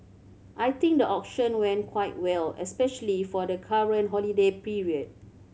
I think the auction went quite well especially for the current holiday period